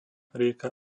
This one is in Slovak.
rieka